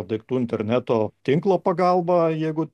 daiktų interneto tinklo pagalba jeigu